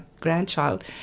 grandchild